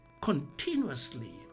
continuously